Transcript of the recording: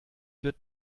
wird